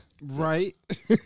Right